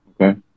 okay